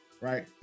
Right